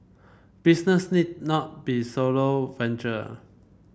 business need not be solo venture